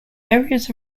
areas